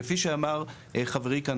כפי שאמר חברי כאן,